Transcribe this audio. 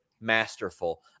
masterful